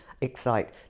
Excite